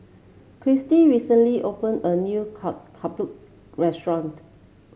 Kirstie recently opened a new ketupat restaurant